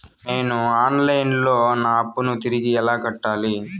నేను online లో నా అప్పును తిరిగి ఎలా కట్టాలి?